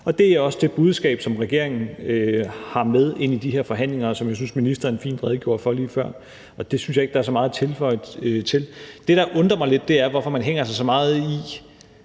Og det er også det budskab, som regeringen har med ind i de her forhandlinger, og som jeg synes ministeren fint redegjorde for lige før. Og der synes jeg ikke, der er så meget at tilføje. Det, der undrer mig lidt, er, hvorfor man prøver at tegne et